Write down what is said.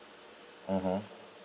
mmhmm